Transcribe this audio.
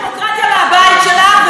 אסביר.